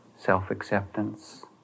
self-acceptance